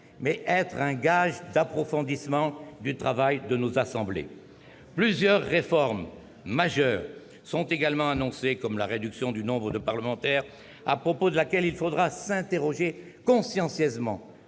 mais être un gage d'approfondissement du travail de nos assemblées. Plusieurs réformes majeures sont également annoncées, comme la réduction du nombre des parlementaires, à propos de laquelle il faudra s'interroger consciencieusement,